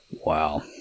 Wow